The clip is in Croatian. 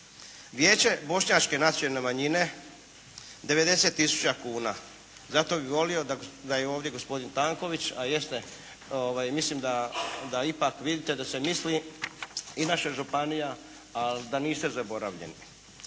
Vijeće bošnjačke nacionalne manjine 90 tisuća kuna. Zato bi volio da je ovdje gospodin Tanković, a jeste. Mislim da ipak vidite da se misli i naša županija, ali da niste zaboravljeni.